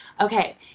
okay